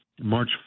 march